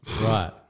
right